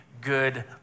good